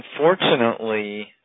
Unfortunately